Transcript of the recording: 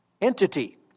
entity